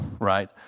right